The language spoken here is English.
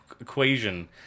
equation